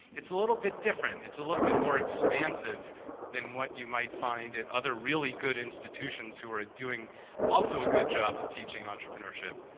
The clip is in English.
it's a little bit different. it's a little bit more expansive than what you might find at other really good institutions who are doing also, a good job of teaching entrepreneurship.